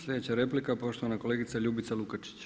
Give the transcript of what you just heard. Sljedeća replika poštovana kolegica Ljubica Lukačić.